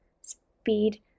speed